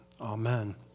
Amen